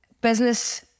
business